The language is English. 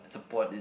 support is